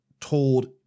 told